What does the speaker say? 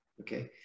Okay